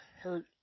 hurt